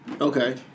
Okay